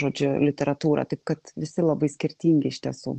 žodžiu literatūrą taip kad visi labai skirtingi iš tiesų